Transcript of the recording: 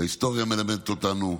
ההיסטוריה מלמדת אותנו,